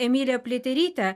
emilija pliaterytė